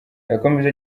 yakomeje